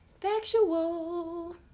Factual